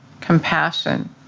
compassion